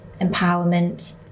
empowerment